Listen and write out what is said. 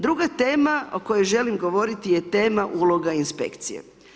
Druga tema o kojoj želim govoriti je tema uloge inspekcije.